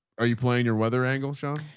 are you playing your weather angle, sean?